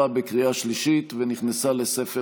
אבל לפי